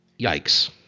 Yikes